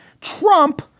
Trump